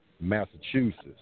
Massachusetts